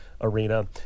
arena